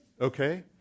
okay